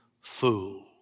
fool